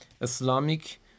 Islamic